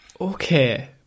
Okay